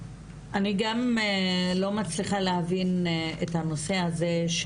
אני גם לא מצליחה להבין את הנושא הזה,